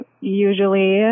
usually